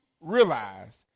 realize